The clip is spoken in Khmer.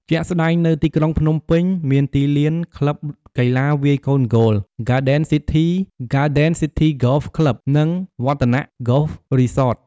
ជាក់ស្ដែង នៅទីក្រុងភ្នំពេញ មានទីលាន ក្លឹបកីឡាវាយកូនហ្គោល ហ្គាដិនស៊ីធី (Garden City Golf Club) និង Vattanac Golf Resort។